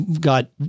got